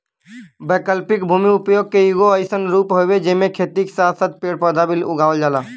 वैकल्पिक भूमि उपयोग के एगो अइसन रूप हउवे जेमे खेती के साथ साथ पेड़ पौधा भी उगावल जाला